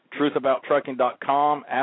truthabouttrucking.com